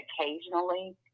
occasionally